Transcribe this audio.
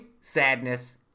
sadness